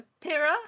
pira